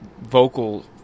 vocal